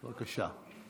בבקשה.